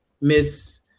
miss